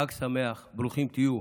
חג שמח, ברוכים תהיו.